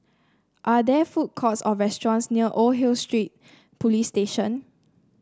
are there food courts or restaurants near Old Hill Street Police Station